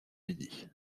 midi